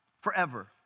forever